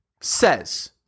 says